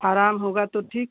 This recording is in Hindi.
आराम होगा तो ठीक